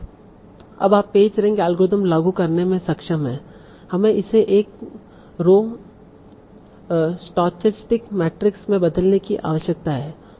अब आप page rank algorithm लागू करने में सक्षम हैं हमें इसे एक रो स्टोचस्टिक मैट्रिक्स में बदलने की आवश्यकता है